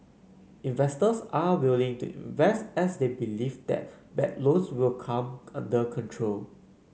investors are willing to invest as they believe that bad loans will come under control